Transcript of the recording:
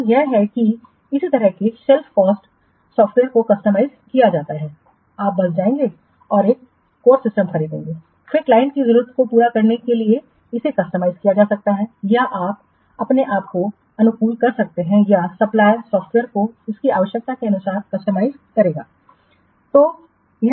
तो यह है कि इसी तरह से शेल्फ कॉट्स सॉफ्टवेयर को कस्टमाइज़ किया जाता है आप बस जाएंगे और एक कोर सिस्टम खरीदेंगे फिर क्लाइंट की जरूरतों को पूरा करने के लिए इसे कस्टमाइज़ किया जा सकता है या तो आप अपने आप को अनुकूलन कर सकते हैं या सप्लायरवह सॉफ्टवेयर को आपकी आवश्यकता के अनुसार कस्टमाइज करेगा